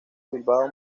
bilbao